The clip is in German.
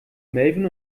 melvin